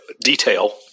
detail